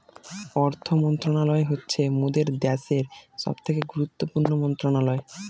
অর্থ মন্ত্রণালয় হচ্ছে মোদের দ্যাশের সবথেকে গুরুত্বপূর্ণ মন্ত্রণালয়